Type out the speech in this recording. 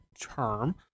term